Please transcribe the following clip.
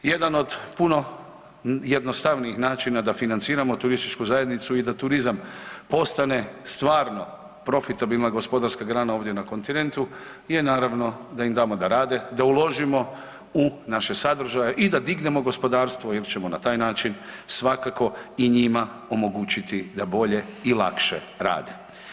Jedan od puno jednostavnijih načina da financiramo TZ i da turizam postane stvarno profitabilna gospodarska grana ovdje na kontinentu je naravno da im damo da rade, da uložimo u naše sadržaje i da dignemo gospodarstvo jel ćemo na taj način svakako i njima omogućiti da bolje i lakše rade.